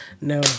no